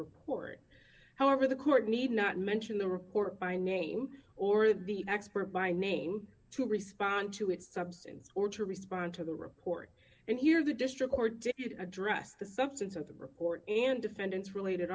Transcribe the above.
report however the court need not mention the report by name or the expert by name to respond to its substance or to respond to the report and here the district court did address the substance of the report and defendant's related